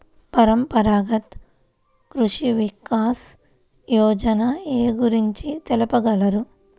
పరంపరాగత్ కృషి వికాస్ యోజన ఏ గురించి తెలుపగలరు?